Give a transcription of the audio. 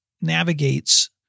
navigates